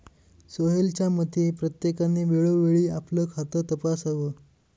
सोहेलच्या मते, प्रत्येकाने वेळोवेळी आपलं खातं तपासावं